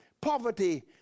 poverty